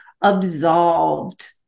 absolved